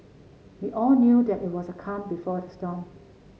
we all knew that it was the calm before the storm